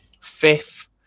Fifth